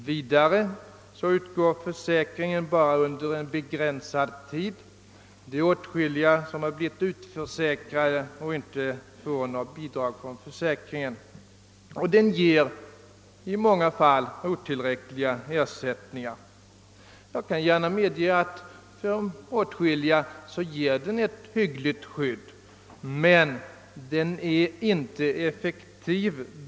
Försäkringen utgår vidare bara under en begränsad tid — åtskilliga har blivit utförsäkrade och får inte något bidrag från försäkringen. I många fall ger den inte heller tillräckliga ersättningar. Jag vill gärna medge att försäkringen ger åtskilliga ett hyggligt skydd, men den är inte effektiv.